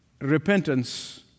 Repentance